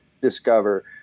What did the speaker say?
discover